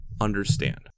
understand